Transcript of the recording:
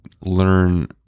learn